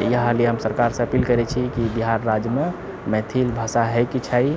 इएह लेल हम सरकारसँ अपील करैछी कि बिहार राज्यमे मैथिल भाषा होएके चाही